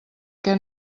què